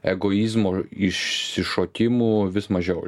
egoizmo išsišokimų vis mažiau